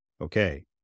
Okay